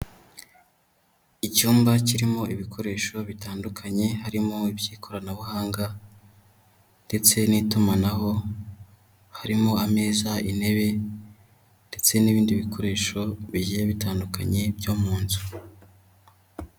Icyumba kirimo ibikoresho bitandukanye, harimo iby'ikoranabuhanga, ndetse n'itumanaho, harimo ameza, intebe, ndetse n'ibindi bikoresho bigiye bitandukanye byo mu nzu.